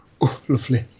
Lovely